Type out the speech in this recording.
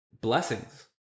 blessings